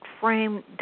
frame